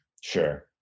Sure